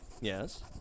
Yes